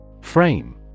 Frame